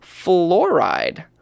fluoride